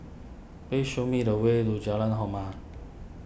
please show me the way to Jalan Hormat